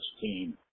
team